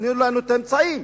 תנו לנו את האמצעים,